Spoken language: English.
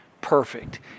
perfect